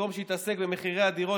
במקום שהוא יתעסק במחירי הדירות,